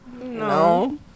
No